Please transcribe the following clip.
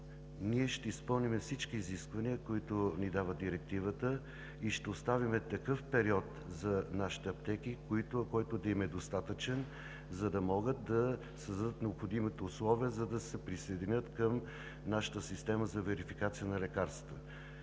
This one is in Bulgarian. ние ще изпълним всички изисквания, които ни поставя Директивата, и ще оставим такъв период за нашите аптеки, който да им е достатъчен, за да могат да създадат необходимите условия, за да се присъединят към нашата система за верификация на лекарствата.